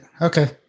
Okay